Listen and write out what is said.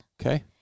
Okay